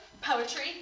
poetry